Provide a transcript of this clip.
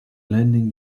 landing